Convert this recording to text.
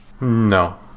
No